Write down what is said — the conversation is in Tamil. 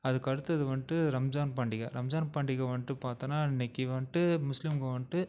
அதுக்கடுத்தது வந்துட்டு ரம்ஜான் பண்டிகை ரம்ஜான் பண்டிகை வந்துட்டு பார்த்தோன்னா அன்றைக்கி வந்துட்டு முஸ்லீம்ங்கள் வந்துட்டு